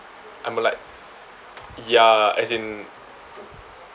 I'm like ya as in